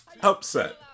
Upset